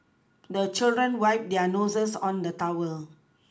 the children wipe their noses on the towel